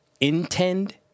intend